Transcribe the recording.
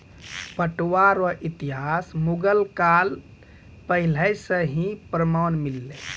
पटुआ रो इतिहास मुगल काल पहले से ही प्रमान मिललै